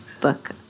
book